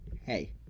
Hey